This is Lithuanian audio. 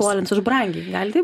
skolins už brangiai gali taip